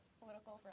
political